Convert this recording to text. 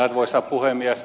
arvoisa puhemies